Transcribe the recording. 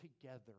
together